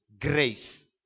grace